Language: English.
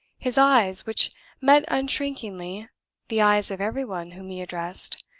his eyes which met unshrinkingly the eyes of every one whom he addressed,